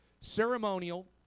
Ceremonial